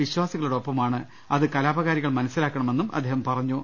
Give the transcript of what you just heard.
വിശ്വാ സികളുടെ ഒപ്പമാണ് അത് കലാപ്പകാരികൾ മനസ്സിലാക്കണമെന്നും അദ്ദേഹം പറഞ്ഞു